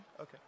Okay